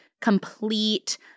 complete